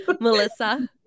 melissa